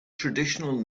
traditional